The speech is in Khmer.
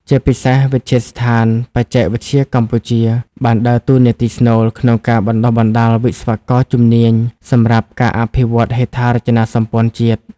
ជាពិសេស វិទ្យាស្ថានបច្ចេកវិទ្យាកម្ពុជា បានដើរតួនាទីស្នូលក្នុងការបណ្តុះបណ្តាលវិស្វករជំនាញសម្រាប់ការអភិវឌ្ឍហេដ្ឋារចនាសម្ព័ន្ធជាតិ។